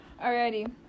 Alrighty